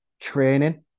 training